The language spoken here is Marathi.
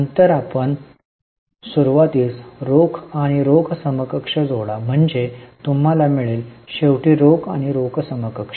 नंतर आपण सुरुवातीस रोख आणि रोख समकक्ष जोडा म्हणजे तुम्हाला मिळेल शेवटी रोख आणि रोख समकक्ष